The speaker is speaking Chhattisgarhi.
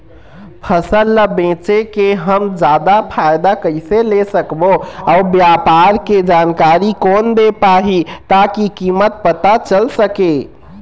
फसल ला बेचे के हम जादा फायदा कैसे ले सकबो अउ व्यापार के जानकारी कोन दे पाही ताकि कीमत पता चल सके?